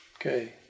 Okay